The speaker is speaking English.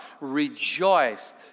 rejoiced